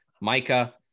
Micah